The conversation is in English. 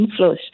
inflows